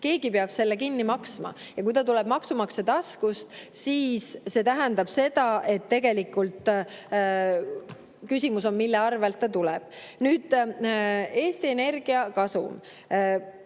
keegi peab selle kinni maksma. Ja kui ta tuleb maksumaksja taskust, siis see tähendab seda, et tegelikult küsimus on, mille arvel ta tuleb. Nüüd, Eesti Energia kasum